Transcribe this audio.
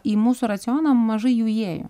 į mūsų racioną mažai jų įėjo